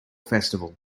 festival